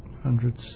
hundreds